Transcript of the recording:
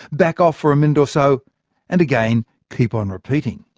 back off for a minute or so and again keep on repeating.